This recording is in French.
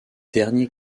dernier